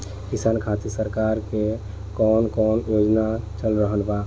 किसान खातिर सरकार क कवन कवन योजना चल रहल बा?